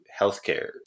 healthcare